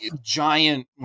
giant